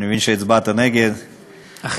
אני מבין שהצבעת נגד, אכן.